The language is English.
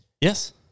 Yes